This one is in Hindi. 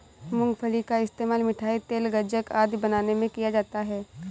मूंगफली का इस्तेमाल मिठाई, तेल, गज्जक आदि बनाने में किया जाता है